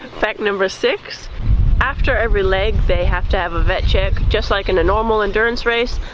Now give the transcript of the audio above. fact number six after every leg they have to have a vet check just like in a normal endurance race.